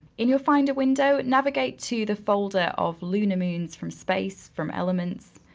in your finder window, navigate to the folder of lunar moons from space, from elements.